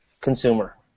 consumer